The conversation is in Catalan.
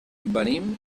venim